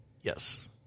Yes